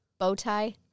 Bowtie